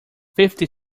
fifty